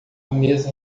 mesa